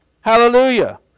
Hallelujah